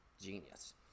Genius